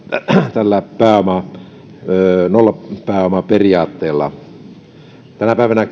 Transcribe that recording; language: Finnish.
tällä nollapääomaperiaatteella kyllä tänä päivänä